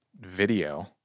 video